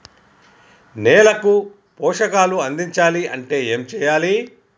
నేలకు పోషకాలు అందించాలి అంటే ఏం చెయ్యాలి?